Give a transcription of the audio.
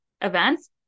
events